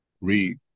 Read